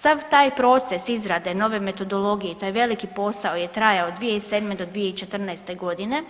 Sav taj proces izrade nove metodologije i taj veliki posao je trajao od 2007. do 2014.g.,